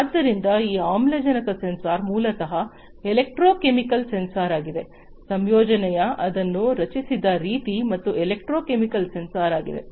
ಆದ್ದರಿಂದ ಈ ಆಮ್ಲಜನಕ ಸೆನ್ಸರ್ ಮೂಲತಃ ಎಲೆಕ್ಟ್ರೋಕೆಮಿಕಲ್ ಸೆನ್ಸಾರ್ ಆಗಿದೆ ಸಂಯೋಜನೆಯು ಅದನ್ನು ರಚಿಸಿದ ರೀತಿ ಅದು ಎಲೆಕ್ಟ್ರೋಕೆಮಿಕಲ್ ಸೆನ್ಸಾರ್ ಆಗಿದೆ